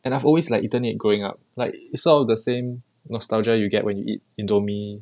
and I've always like eaten it growing up like it's all the same nostalgia you get when you eat indomie